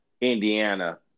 Indiana